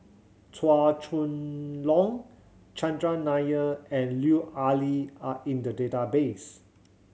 Chua Chong Long Chandran Nair and Lut Ali are in the database